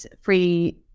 free